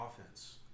offense